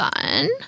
fun